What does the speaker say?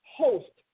host